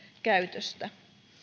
käytöstä